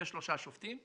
ושלושה שופטים,